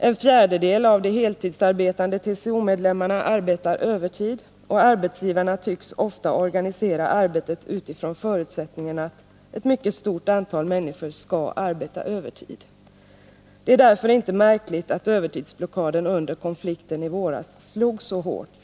En fjärdedel av de heltidsarbetande TCO-medlemmarna arbetar övertid, och arbetsgivarna tycks ofta organisera arbetet utifrån förutsättningen att ett mycket stort antal människor skall arbeta övertid. Det är därför inte märkligt att övertidsblockaden under konflikten i våras slog så hårt.